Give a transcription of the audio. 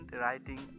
writing